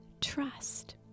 trust